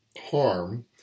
harm